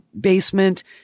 basement